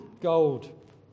Gold